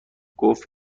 گفت